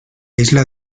isla